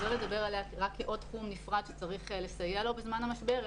לא לדבר עליה רק כעוד תחום נפרד שצריך לסייע לו בזמן המשבר,